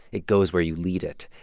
it goes where you lead it.